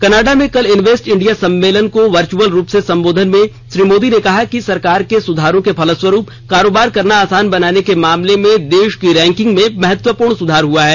Canada में कल invest India सम्मेलन को वर्च्रअल रूप से संबोधन में श्री मोदी ने कहा कि सरकार के सुधारों के फलस्वरूप कारोबार करना आसान बनाने के मामले में देश की रैंकिंग में महत्वपूर्ण सुधार हुआ है